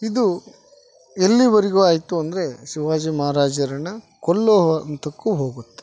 ಇದು ಎಲ್ಲಿವರೆಗು ಆಯಿತು ಅಂದರೆ ಶಿವಾಜಿ ಮಹಾರಾಜರನ್ನ ಕೊಲ್ಲೋ ಹಂತಕ್ಕು ಹೋಗುತ್ತೆ